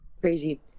crazy